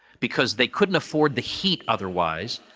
because they couldn't afford the heat, otherwise,